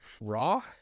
Raw